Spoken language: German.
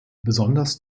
besonders